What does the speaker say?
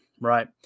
Right